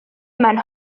mewn